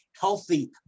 healthy